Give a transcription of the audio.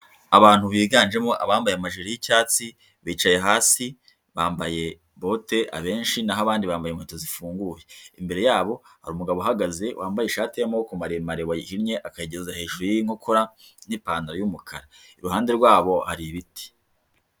Abantu biganjemo abambaye amajipo y'icyatsi bicaye hasi bambaye bote abenshi; naho abandi bambaye inkweto zifunguye, imbere yabo hari umugabo uhagaze wambaye ishati y'amaboko maremare wayihinye akayayigeza hejuru y'inkokora, n'ipantaro y'umukara. Iruhande rwabo hari ibiti.